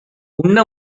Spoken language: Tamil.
உண்ண